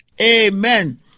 Amen